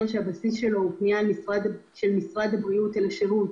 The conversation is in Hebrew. שהבסיס שלו הוא פנייה של משרד הבריאות אל השירות